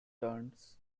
turned